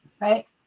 right